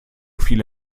viele